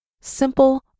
Simple